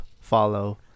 follow